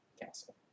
Castle